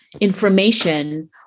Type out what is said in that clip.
information